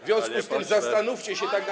W związku z tym zastanówcie się, w jakim.